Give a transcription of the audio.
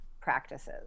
practices